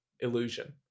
illusion